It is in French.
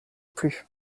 plus